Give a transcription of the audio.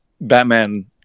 Batman